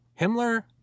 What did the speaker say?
Himmler